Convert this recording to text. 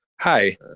hi